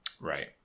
Right